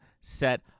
set